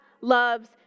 loves